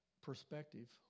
perspective